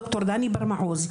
ד"ר דני בר מעוז,